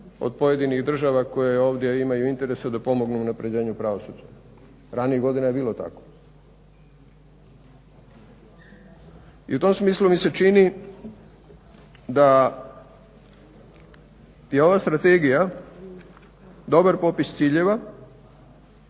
od pojedinih država koje ovdje imaju interesa da pomognu unapređenju pravosuđa. Ranijih godina je bilo tako. I u tom smislu mi se čini da je ova strategija dobar popis ciljeva,